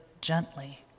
gently